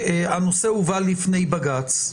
שהנושא הובא לפני בג"ץ,